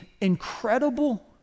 incredible